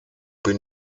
bin